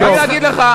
תן לי להגיד לך.